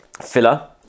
filler